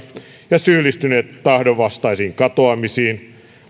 ja syyllistyneet tahdonvastaisiin katoamisiin